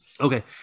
Okay